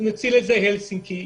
נוציא לזה הלסינקי,